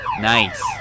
Nice